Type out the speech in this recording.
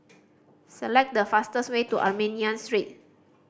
select the fastest way to Armenian Street